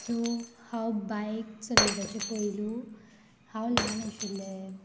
so हांव बायक चलयताचे पयलू हांव ल्हान आशिल्लें